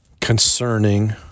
concerning